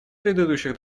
предыдущих